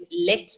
let